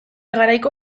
garaiko